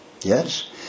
Yes